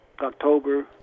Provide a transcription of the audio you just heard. October